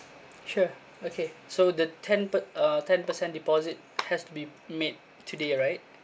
sure okay so the ten per~ uh ten percent deposit has to be made today right